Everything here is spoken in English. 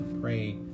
Pray